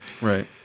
Right